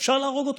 אפשר להרוג אותך,